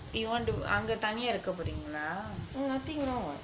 you want to அங்க தனியா இருக்க போறீங்களா:anga thaniyaa irukka poreengala